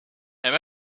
and